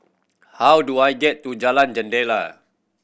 how do I get to Jalan Jendela